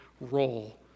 role